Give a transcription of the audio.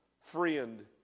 friend